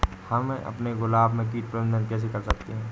हम अपने गुलाब में कीट प्रबंधन कैसे कर सकते है?